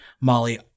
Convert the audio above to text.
Molly